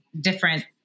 different